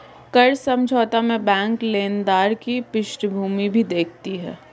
कर्ज समझौता में बैंक लेनदार की पृष्ठभूमि भी देखती है